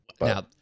now